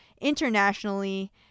internationally